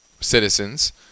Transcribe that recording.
citizens